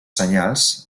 senyals